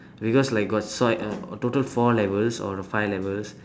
because like got so like total four levels or five levels